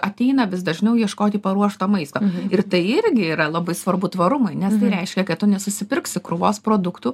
ateina vis dažniau ieškoti paruošto maisto ir tai irgi yra labai svarbu tvarumui nes tai reiškia kad tu nesusipirksi krūvos produktų